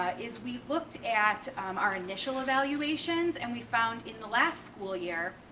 is we looked at our initial evaluations, and we found in the last school year,